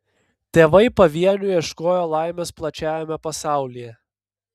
tėvai pavieniui ieškojo laimės plačiajame pasaulyje